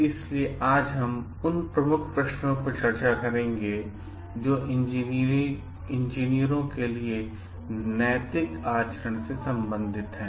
इसलिए आज हम उन प्रमुख प्रश्नों पर चर्चा करेंगे जो इंजीनियरों के लिए नैतिक आचरणसंबंधित हैं